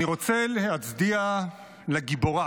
אני רוצה להצדיע לגיבורה